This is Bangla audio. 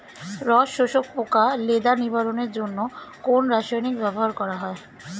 রস শোষক পোকা লেদা নিবারণের জন্য কোন রাসায়নিক ব্যবহার করা হয়?